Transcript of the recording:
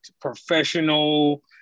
professional